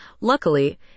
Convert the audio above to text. luckily